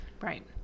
right